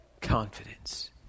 confidence